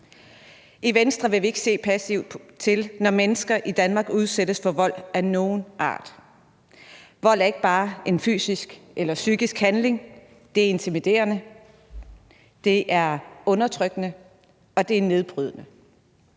I Venstre vil vi ikke se passivt til, når mennesker i Danmark udsættes for vold af nogen art. Vold er ikke bare en fysisk eller psykisk handling. Det er intimiderende, det er undertrykkende, og det er nedbrydende.